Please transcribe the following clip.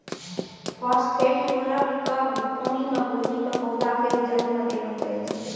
phosphate उर्वरक क पानी मे घोली कॅ पौधा केरो जड़ में देलो जाय छै